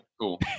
Cool